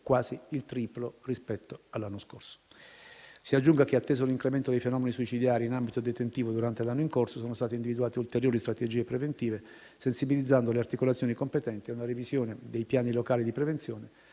quasi il triplo rispetto all'anno scorso. Si aggiunga che, atteso l'incremento dei fenomeni suicidari in ambito detentivo durante l'anno in corso, sono state individuate ulteriori strategie preventive: si sono sensibilizzate le articolazioni competenti a una revisione dei piani locali di prevenzione,